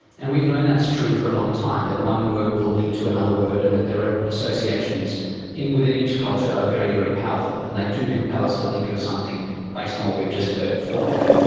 and we've known that's true for a long time, that one word will lead to another word and that there are associations that within each culture are very, very powerful and they do compel us to think of something based on what we've just heard beforehand.